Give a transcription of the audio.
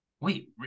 wait